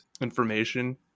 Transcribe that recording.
information